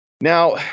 Now